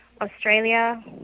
Australia